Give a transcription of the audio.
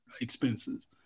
expenses